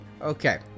Okay